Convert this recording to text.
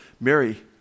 Mary